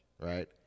right